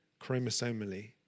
chromosomally